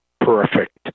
perfect